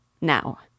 Now